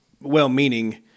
well-meaning